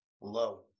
Low